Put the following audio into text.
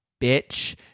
bitch